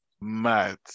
Mad